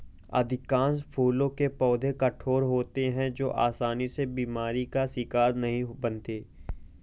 अधिकांश फूलों के पौधे कठोर होते हैं जो आसानी से बीमारी का शिकार नहीं बनते